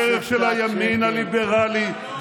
והדרך של הימין הליברלי.